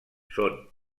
són